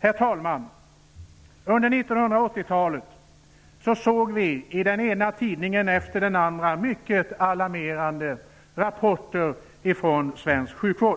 Herr talman! Under 1980-talet såg vi i den ena tidningen efter den andra mycket alarmerande rapporter från svensk sjukvård.